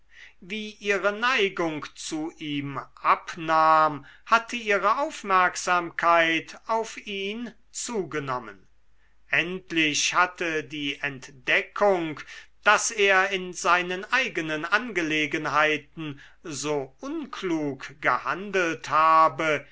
wie ihre neigung zu ihm abnahm hatte ihre aufmerksamkeit auf ihn zugenommen endlich hatte die entdeckung daß er in seinen eigenen angelegenheiten so unklug gehandelt habe